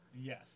Yes